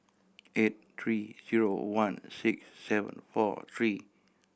eight three zero one six seven four three